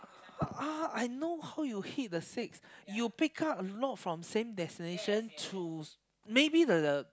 ah I know how you hit the six you pick up a lot from same destination to maybe the the